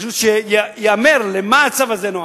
פשוט, שייאמר למה הצו הזה נועד,